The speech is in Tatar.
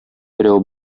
берәү